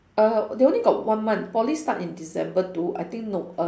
uh they only got one month poly start in december though I think err